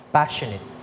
passionate